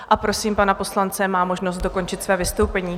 A prosím pana poslance, má možnost dokončit své vystoupení.